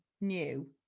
new